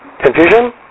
Confusion